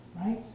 right